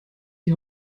die